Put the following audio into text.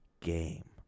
game